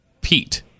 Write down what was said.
pete